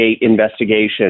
investigation